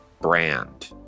brand